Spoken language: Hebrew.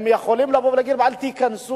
הם יכולים לבוא ולהגיד: אל תיכנסו.